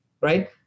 right